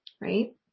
right